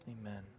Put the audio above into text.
Amen